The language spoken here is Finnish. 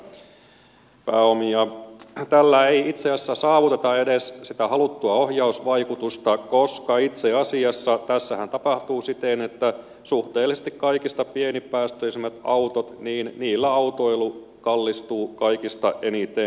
tällä ei itse asiassa saavuteta edes sitä haluttua ohjausvaikutusta koska itse asiassa tässähän tapahtuu siten että suhteellisesti kaikista pienipäästöisimmillä autoilla autoilu kallistuu kaikista eniten